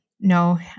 no